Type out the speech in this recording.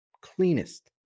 Cleanest